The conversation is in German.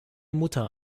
mutter